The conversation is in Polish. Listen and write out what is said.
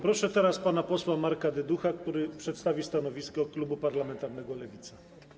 Proszę teraz pana posła Marka Dyducha, który przedstawi stanowisko klubu parlamentarnego Lewica.